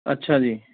ਅੱਛਾ ਜੀ